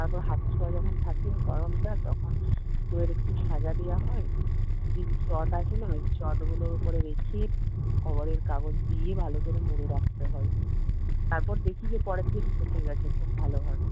তারপরে হাত সওয়া যখন থাকে গরমটা তখন এবার একটু সাজা দেওয়া হয় দিয়ে চট আছে না ওই চটগুলোর ওপরে রেখে খবরের কাগজ দিয়ে ভালো করে মুড়ে রাখতে হয় তারপর দেখি যে পরের দিন বসে গেছে খুব ভালোভাবে